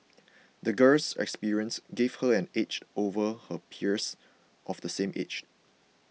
the girl's experiences gave her an edge over her peers of the same age